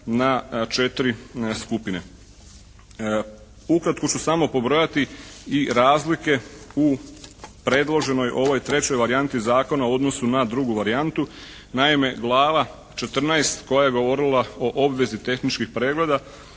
na četiri skupine. Ukratko ću samo pobrojati i razlike u predloženoj ovoj trećoj varijanti zakona u odnosu na drugu varijantu. Naime, glava 14 koja je govorila o obvezi tehničkih pregleda,